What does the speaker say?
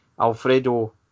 Alfredo